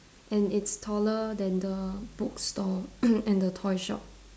and it's taller than the bookstore and the toy shop